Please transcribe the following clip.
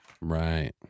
Right